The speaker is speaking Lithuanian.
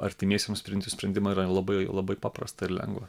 artimiesiems priimti sprendimą yra labai labai paprasta ir lengva